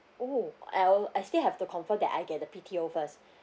oh I I still have to confirm that I get the B_T_O first